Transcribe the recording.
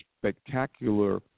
spectacular